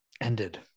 ended